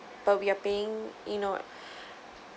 but we are paying you know